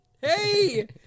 hey